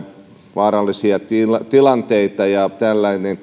vaarallisia tilanteita tällainen